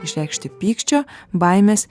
išreikšti pykčio baimės